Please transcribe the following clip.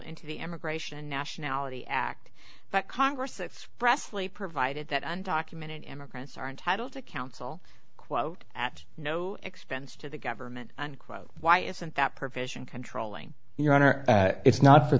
into the immigration and nationality act that congress pressley provided that undocumented immigrants are entitled to counsel quote at no expense to the government unquote why isn't that provision controlling your honor it's not for